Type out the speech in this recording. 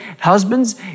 Husbands